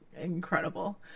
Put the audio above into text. incredible